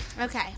Okay